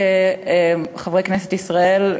חברי כנסת ישראל,